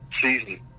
season